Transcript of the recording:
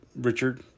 Richard